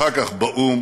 אחר כך באו"ם,